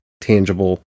tangible